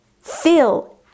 Fill